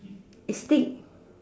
A stick